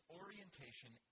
orientation